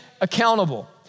accountable